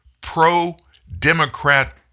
pro-Democrat